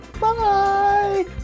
bye